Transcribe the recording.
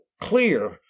clear